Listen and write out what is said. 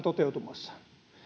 toteutumassa